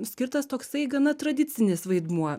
skirtas toksai gana tradicinis vaidmuo